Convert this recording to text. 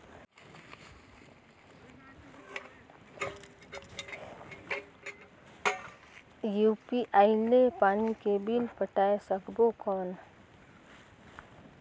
UPI ले पानी के बिल पटाय सकबो कौन?